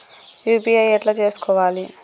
UPI ఎట్లా చేసుకోవాలి?